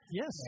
Yes